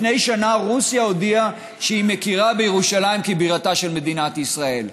לפני שנה רוסיה הודיעה שהיא מכירה בירושלים כבירתה של מדינת ישראל.